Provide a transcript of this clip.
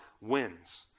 wins